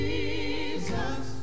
Jesus